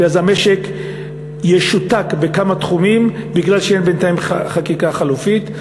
כי אז המשק ישותק בכמה תחומים מפני שאין בינתיים חקיקה חלופית.